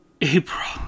April